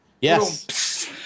Yes